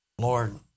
Lord